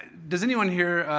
does anyone here